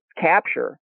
capture